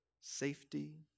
safety